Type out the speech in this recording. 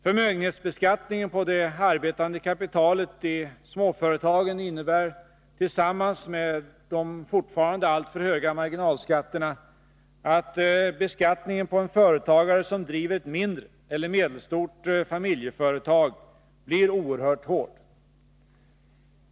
Förmögenhetsbeskattningen på det arbetande kapitalet i småföretagen innebär tillsammans med de fortfarande alltför höga marginalskatterna att beskattningen på en företagare som driver ett mindre eller medelstort familjeföretag blir oerhört hård.